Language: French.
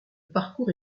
parcours